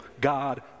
God